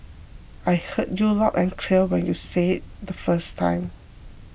I heard you loud and clear when you said it the first time